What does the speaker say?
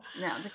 No